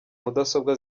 mudasobwa